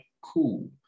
Cool